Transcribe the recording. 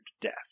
death